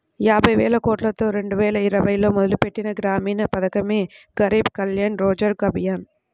యాబైవేలకోట్లతో రెండువేల ఇరవైలో మొదలుపెట్టిన గ్రామీణ పథకమే గరీబ్ కళ్యాణ్ రోజ్గర్ అభియాన్